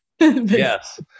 Yes